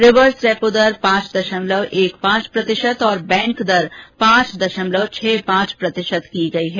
reverse repo दर पांच दशमलव एक पांच प्रतिशत और बैंक दर पांच दशमलव छह पांच प्रतिशत की गई है